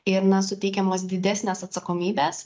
ir suteikiamos didesnės atsakomybės